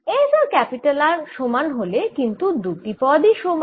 s আর R সমান হলে কিন্তু দুটিই সমান